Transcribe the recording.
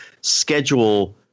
schedule